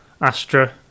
Astra